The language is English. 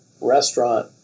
restaurant